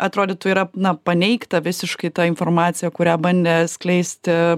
atrodytų yra na paneigta visiškai ta informacija kurią bandė skleisti